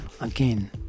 again